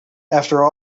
after